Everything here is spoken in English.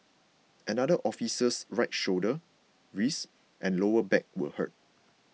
another officer's right shoulder wrist and lower back were hurt